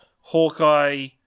Hawkeye